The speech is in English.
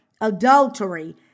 adultery